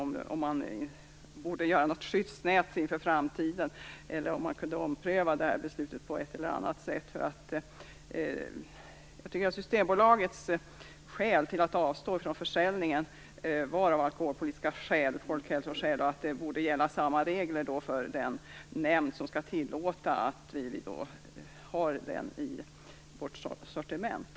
Man kanske borde försöka åstadkomma något slags skyddsnät inför framtiden eller ompröva detta beslut på ett eller annat sätt. Systembolagets skäl till att avstå från försäljningen var alkoholpolitiska skäl och folkhälsoskäl, och samma regler borde gälla för den nämnd som skall tillåta att vi har alkoläsken i vårt sortiment.